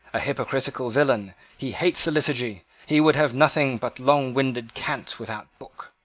a hypocritical villain. he hates the liturgy. he would have nothing but longwinded cant without book